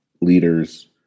leaders